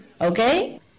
okay